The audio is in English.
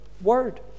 word